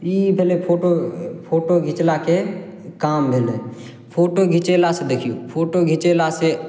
ई भेलै photo photo घिचलाके काम भेलै फोटो घिचेलासँ देखियौ फोटो घिचेलासँ